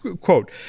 quote